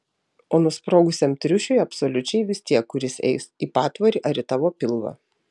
o nusprogusiam triušiui absoliučiai vis tiek kur jis eis į patvorį ar į tavo pilvą